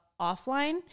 offline